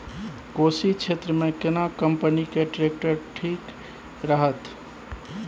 कोशी क्षेत्र मे केना कंपनी के ट्रैक्टर ठीक रहत?